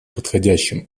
подходящим